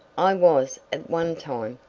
i was, at one time,